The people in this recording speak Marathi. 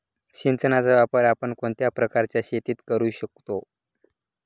सिंचनाचा वापर आपण कोणत्या प्रकारच्या शेतीत करू शकतो?